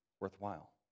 worthwhile